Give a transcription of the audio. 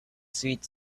sweet